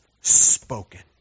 spoken